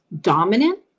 dominant